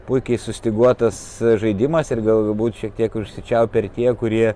puikiai sustyguotas žaidimas ir galbūt šiek tiek užsičiaupė ir tie kurie